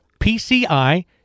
pci